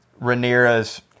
Rhaenyra's